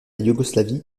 yougoslavie